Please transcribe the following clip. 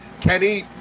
Kenny